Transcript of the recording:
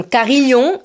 Carillon